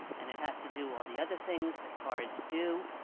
and it has to do all the other things that cars do,